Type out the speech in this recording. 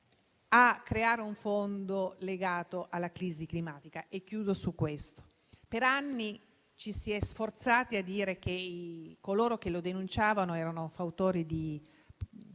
a creare un fondo legato alla crisi climatica. Per anni ci si è sforzati a dire che coloro che lo denunciavano erano fautori di